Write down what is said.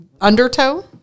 Undertow